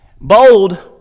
bold